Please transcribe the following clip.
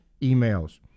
emails